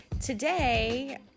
today